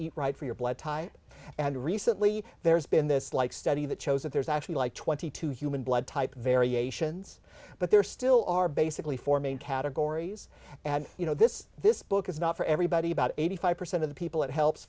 eat right for your blood type and recently there's been this like study that shows that there's actually like twenty two human blood type variations but there still are basically four main categories and you know this this book is not for everybody about eighty five percent of the people it helps